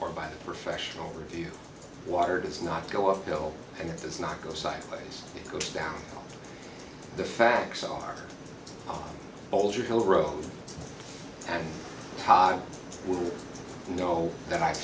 or by the professional review water does not go up hill and it does not go sideways down the facts are older hill road and we know that i